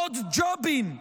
עוד ג'ובים,